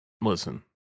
listen